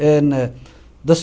and then the